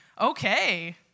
Okay